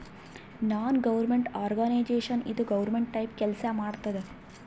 ನಾನ್ government organisation ಇದು government type ಕೆಲ್ಸಾ ಮಾಡತ್ತುದ್